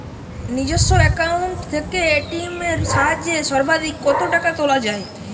নিজস্ব অ্যাকাউন্ট থেকে এ.টি.এম এর সাহায্যে সর্বাধিক কতো টাকা তোলা যায়?